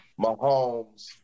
Mahomes